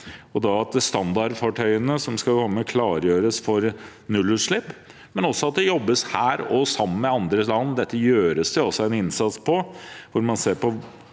ved at standardfartøyene som skal komme, klargjøres for nullutslipp, men også at det jobbes her og sammen med andre land. Her gjøres det allerede en innsats ved at man ser på